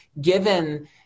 given